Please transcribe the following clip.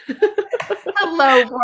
Hello